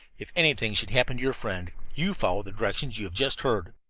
if anything should happen to your friend, you follow the directions you have just heard.